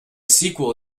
sequel